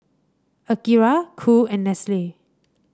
Akira Cool and Nestle